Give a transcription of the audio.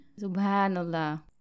Subhanallah